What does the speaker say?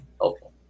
helpful